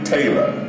Taylor